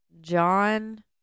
John